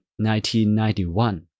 1991